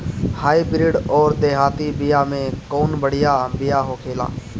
Hybrid अउर देहाती बिया मे कउन बढ़िया बिया होखेला?